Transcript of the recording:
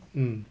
mm